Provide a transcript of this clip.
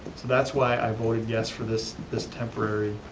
that's why i voted yes for this this temporary